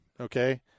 okay